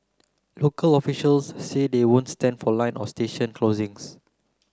local officials say they won't stand for line or station closings